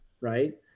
Right